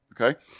Okay